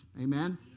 Amen